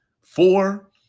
Four